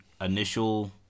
initial